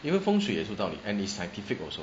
even 风水也是有道理 and it's scientific also